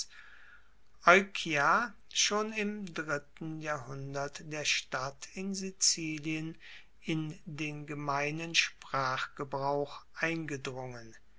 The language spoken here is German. schon im dritten jahrhundert der stadt in sizilien in den gemeinen sprachgebrauch eingedrungen